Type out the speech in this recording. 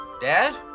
Dad